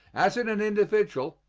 as in an individual,